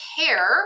care